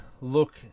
look